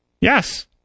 Yes